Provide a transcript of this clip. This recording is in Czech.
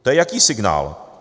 To je jaký signál?